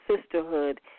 sisterhood